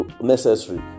necessary